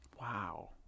Wow